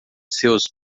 seus